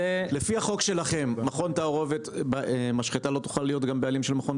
לפי החוק שלכם משחטה לא תוכל להיות גם בעלים של מכון תערובת?